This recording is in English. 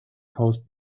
post